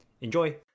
Enjoy